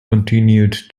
continued